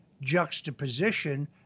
juxtaposition